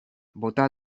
bota